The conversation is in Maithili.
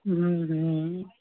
हूँ हूँ